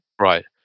Right